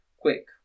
Quick